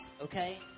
okay